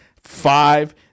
five